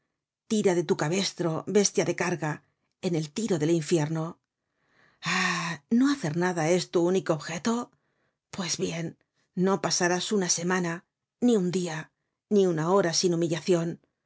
tira de tu cabestro bestia de carga en el tiro del infierno ah no hacer nada es tu único objeto pues bien no pasarás una semana ni un dia ni una hora sin humillacion